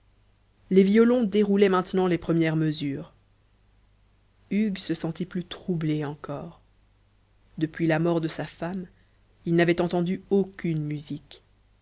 les violons déroulaient maintenant les premières mesures hugues se sentit plus troublé encore depuis la mort de sa femme il n'avait entendu aucune musique